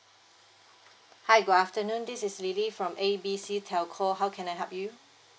hi good afternoon this is lily from A B C telco how can I help you